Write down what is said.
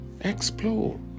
explore